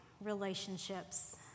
relationships